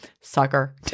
sucker